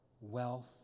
wealth